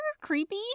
creepy